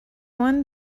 one